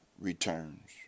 returns